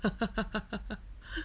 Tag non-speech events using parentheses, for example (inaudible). (laughs)